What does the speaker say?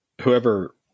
whoever